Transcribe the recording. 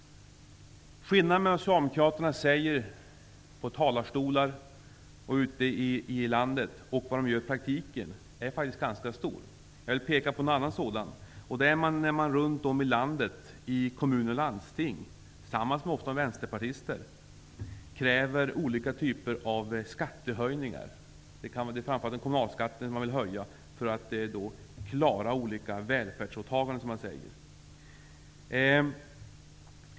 Skillnaden mellan vad socialdemokraterna säger från talarstolar ute i landet och vad de gör i praktiken är faktiskt ganska stor. Runt om i landet i kommuner och landsting -- ofta tillsammans med vänsterpartister -- kräver de olika typer av skattehöjningar, framför allt en höjning av kommunalskatten, för att klara olika välfärdsåtaganden.